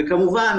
כמובן,